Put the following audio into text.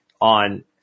on